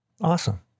Awesome